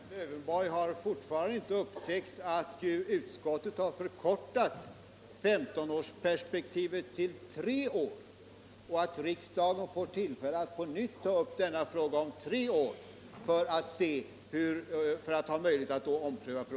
Herr talman! Herr Lövenborg har fortfarande inte upptäckt att utskottet har förkortat 15-årsperspektivet till tre år. Riksdagen får tillfälle att på nytt ta upp denna fråga och ompröva den om tre år.